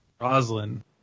Roslyn